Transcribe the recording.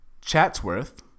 Chatsworth